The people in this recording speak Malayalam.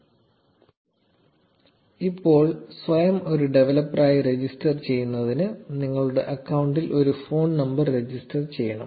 0136 ഇപ്പോൾ സ്വയം ഒരു ഡവലപ്പറായി രജിസ്റ്റർ ചെയ്യുന്നതിന് നിങ്ങളുടെ അക്കൌണ്ടിൽ ഒരു ഫോൺ നമ്പർ രജിസ്റ്റർ ചെയ്യണം